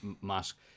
mask